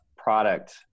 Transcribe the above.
product